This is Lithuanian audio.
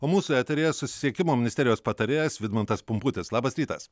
o mūsų eteryje susisiekimo ministerijos patarėjas vidmantas pumputis labas rytas